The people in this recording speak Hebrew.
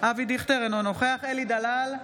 אבי דיכטר, אינו נוכח אלי דלל,